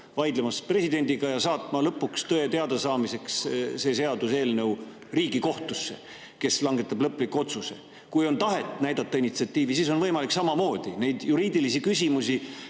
vaidlemast presidendiga ja saatmast lõpuks tõe teadasaamiseks seda seaduseelnõu Riigikohtusse, kes langetab lõpliku otsuse. Kui on tahet näidata initsiatiivi, siis on võimalik [teha praegu] samamoodi. Juriidilisi küsimusi